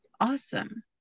Awesome